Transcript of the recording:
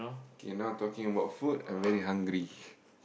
okay now talking about food I very hungry